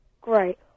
Great